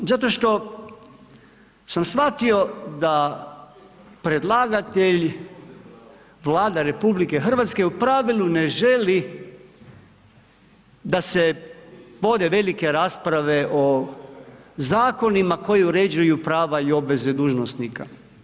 Zato što sam shvatio da predlagatelj Vlada RH u pravilu ne želi da se vode velike rasprave o zakonima koji uređuju prava i obveze dužnosnika.